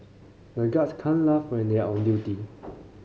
the guards can't laugh when they are on duty